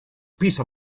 piece